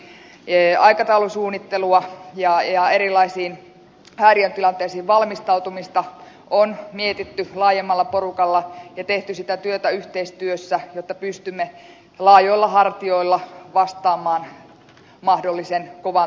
aikataulusuunnittelua ja erilaisiin häiriötilanteisiin valmistautumista on mietitty laajemmalla porukalla ja tehty sitä työtä yhteistyössä jotta pystymme laajoilla hartioilla vastaamaan mahdollisen kovan talven haasteisiin